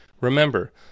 Remember